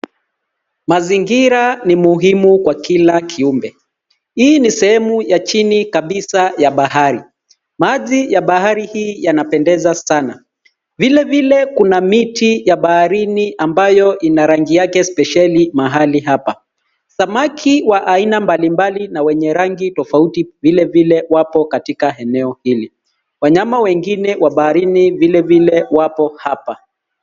Mazingira ni muhimu kwa kila kiumbe. Hii ni sehemu ya chini kabisa ya bahari. Maji ya bahari hii yanapendeza sana. Vilevile, kuna miti ya baharini ambayo ina rangi yake spesheli mahali hapa. Samaki wa aina mbalimbali na wenye rangi tofauti vilevile wapo katika eneo hili. Wanyama wengine wa baharini vilevile wapo hapa.